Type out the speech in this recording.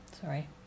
Sorry